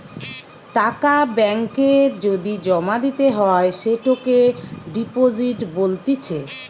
টাকা ব্যাঙ্ক এ যদি জমা দিতে হয় সেটোকে ডিপোজিট বলতিছে